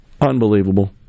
Unbelievable